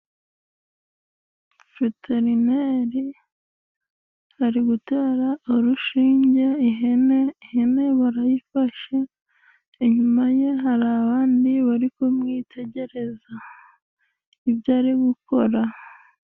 Veterineri ari gutera urushinge ihene, ihene barayifashe inyuma ye hari abandi bari kumwitegereza ibyo ari gukora.